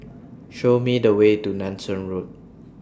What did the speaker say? Show Me The Way to Nanson Road